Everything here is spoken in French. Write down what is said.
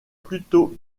plutôt